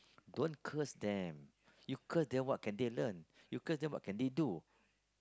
don't curse them you curse them what can they learn you curse them what can they do